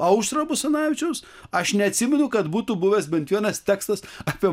aušrą basanavičius aš neatsimenu kad būtų buvęs bent vienas tekstas apie